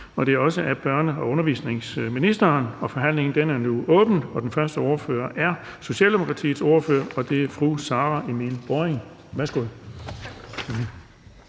Den fg. formand (Erling Bonnesen): Forhandlingen er nu åben, og den første ordfører er Socialdemokratiets ordfører. Det er fru Sara Emil Baaring.